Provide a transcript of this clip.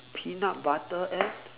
peanut butter and